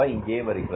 இங்கே வருகிறது